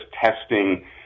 testing